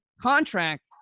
contract